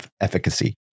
efficacy